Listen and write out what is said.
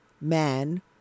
man